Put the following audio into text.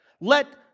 Let